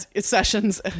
Sessions